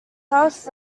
half